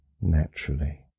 Naturally